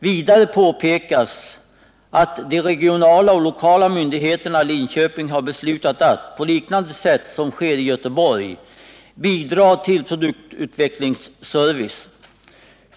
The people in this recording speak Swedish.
Vidare påpekas att de regionala och lokala myndigheterna i Linköping har beslutat att — på liknande sätt som sker i Göteborg — bidra till produktutvecklingsservice.